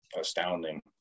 astounding